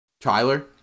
Tyler